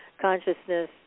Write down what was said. consciousness